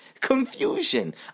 Confusion